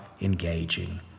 engaging